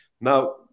now